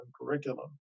curriculum